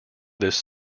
this